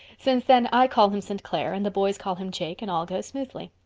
since then i call him st. clair and the boys call him jake and all goes smoothly.